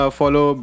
follow